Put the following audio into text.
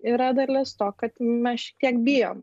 yra dalis to kad mes šiek tiek bijom